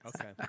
Okay